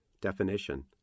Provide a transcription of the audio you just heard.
Definition